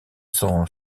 son